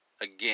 again